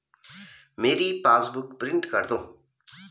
मेरी passbook print कर दो